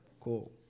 cool